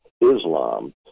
Islam